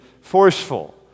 forceful